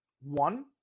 One